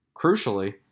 Crucially